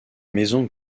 maison